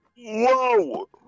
Whoa